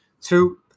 Two